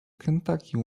kentucky